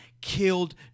killed